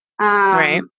Right